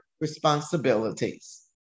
responsibilities